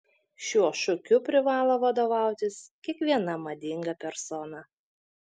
šiuo šūkiu privalo vadovautis kiekviena madinga persona